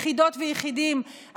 יחידות ויחידים,